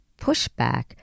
pushback